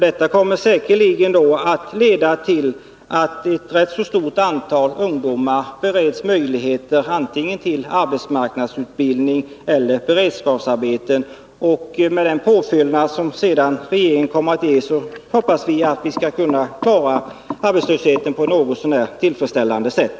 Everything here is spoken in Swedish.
Detta kommer säkerligen att leda till att ett rätt så stort antal ungdomar bereds möjligheter antingen till arbetsmarknadsutbildning eller till beredskapsarbeten, och med den påfyllning som regeringen sedan kommer att ge hoppas vi att vi skall kunna klara arbetslösheten på ett något så när tillfredsställande sätt.